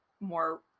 more